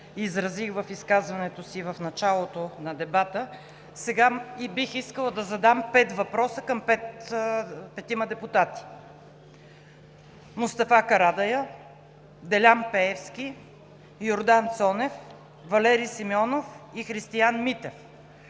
аз изразих в изказването си в началото на дебата. Сега бих искала да задам пет въпроса към петима депутати – Мустафа Карадайъ, Делян Пеевски, Йордан Цонев, Валери Симеонов и Христиан Митев,